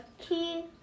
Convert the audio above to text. key